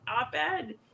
op-ed